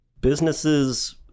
businesses